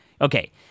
Okay